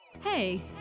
Hey